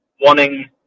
wanting